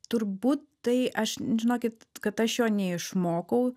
turbūt tai aš žinokit kad aš jo neišmokau